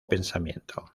pensamiento